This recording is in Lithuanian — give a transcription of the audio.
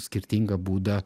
skirtingą būdą